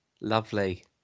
Lovely